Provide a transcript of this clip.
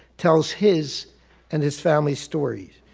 tells his and his family stories.